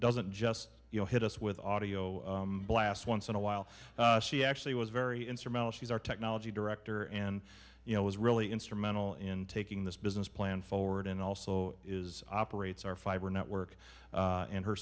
doesn't just you know hit us with audio blasts once in a while she actually was very instrumental she's our technology director and you know was really instrumental in taking this business plan forward and also is operates our fiber network